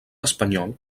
espanyol